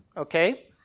Okay